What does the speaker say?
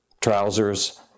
trousers